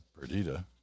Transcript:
Perdita